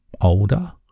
older